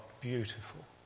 beautiful